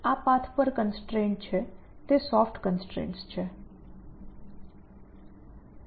આ પાથ પર કન્સ્ટ્રેઇન્ટ છે તે સોફ્ટ કન્સ્ટ્રેઇન્ટ્સ છે